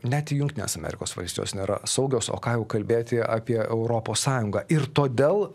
net jungtinės amerikos valstijos nėra saugios o ką jau kalbėti apie europos sąjungą ir todėl